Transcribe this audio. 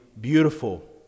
beautiful